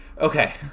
okay